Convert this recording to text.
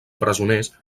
presoners